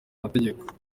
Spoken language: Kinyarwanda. mategeko